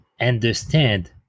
understand